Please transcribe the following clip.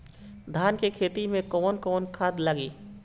धान के खेती में कवन कवन खाद लागी?